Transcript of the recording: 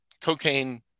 cocaine